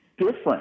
different